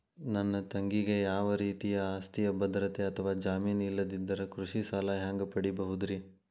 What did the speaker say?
ನನ್ನ ತಂಗಿಗೆ ಯಾವ ರೇತಿಯ ಆಸ್ತಿಯ ಭದ್ರತೆ ಅಥವಾ ಜಾಮೇನ್ ಇಲ್ಲದಿದ್ದರ ಕೃಷಿ ಸಾಲಾ ಹ್ಯಾಂಗ್ ಪಡಿಬಹುದ್ರಿ?